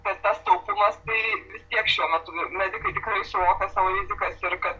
tas tas taupymas tai vis tiek šiuo metu nu medikai tikrai suvokia savo rizikas ir kad